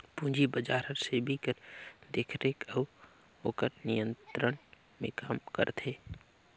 पूंजी बजार हर सेबी कर देखरेख अउ ओकर नियंत्रन में काम करथे